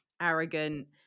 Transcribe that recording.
arrogant